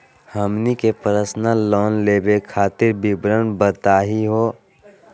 हमनी के personal loan लेवे खातीर विवरण बताही हो?